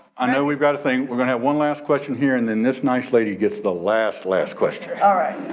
i know we've got a thing. we're gonna have one last question here and then this nice lady gets the last, last question. all right.